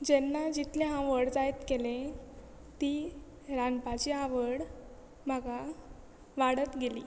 जेन्ना जितलें हांव व्हड जायत गेलें ती रांदपाची आवड म्हाका वाडत गेली